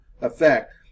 effect